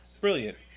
Brilliant